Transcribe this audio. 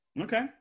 Okay